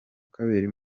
kabiri